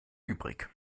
übrig